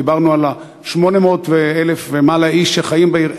דיברנו על 800,000 ומעלה איש שחיים בעיר,